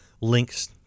links